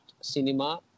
cinema